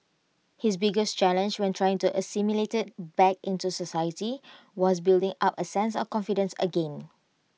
his biggest challenge when trying to assimilate back into society was building up A sense of confidence again